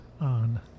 on